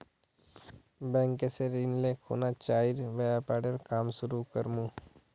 bank स ऋण ले खुना चाइर व्यापारेर काम शुरू कर मु